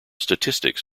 statistics